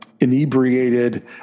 inebriated